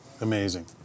Amazing